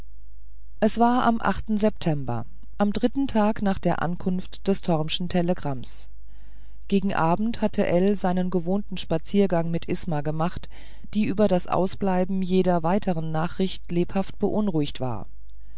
es war am achten september am dritten tag nach der ankunft des tormschen telegramms gegen abend hatte ell seinen gewohnten spaziergang mit isma gemacht die über das ausbleiben jeder weiteren nachricht lebhaft beunruhigt war